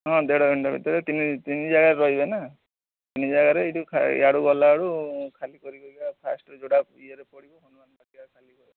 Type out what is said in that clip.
ହଁ ଦେଢ଼ ଘଣ୍ଟା ଭିତରେ ତିନି ତିନି ଜାଗାରେ ରହିବେ ନା ତିନି ଜାଗାରେ ଏଠି ଖାଇ ୟାଡ଼ୁ ଗଲାବେଳକୁ ଖାଲି କରିକା ଫାଷ୍ଟ୍ରୁ ଯୋଉଟା ଇଏରେ ପଡ଼ିବ